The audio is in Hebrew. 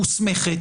מוסמכת,